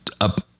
up